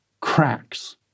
cracks